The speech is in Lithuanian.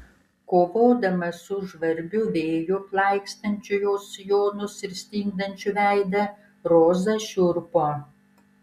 kovodama su žvarbiu vėju plaikstančiu jos sijonus ir stingdančiu veidą roza šiurpo